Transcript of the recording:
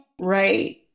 Right